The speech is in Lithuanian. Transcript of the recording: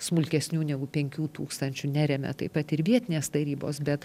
smulkesnių negu penkių tūkstančių neremia taip pat ir vietinės tarybos bet